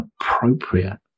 appropriate